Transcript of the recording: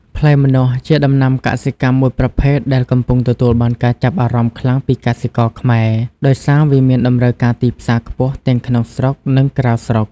ផ្លែម្នាស់ ជាដំណាំកសិកម្មមួយប្រភេទដែលកំពុងទទួលបានការចាប់អារម្មណ៍ខ្លាំងពីកសិករខ្មែរ ដោយសារវាមានតម្រូវការទីផ្សារខ្ពស់ទាំងក្នុងស្រុក និងក្រៅស្រុក។